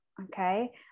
okay